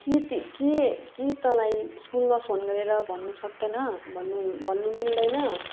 के त के के तँलाई स्कुलमा फोन गरेर भन्नु सक्दैन भन्नु भन्नु मिल्दैन